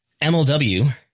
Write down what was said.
MLW